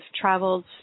traveled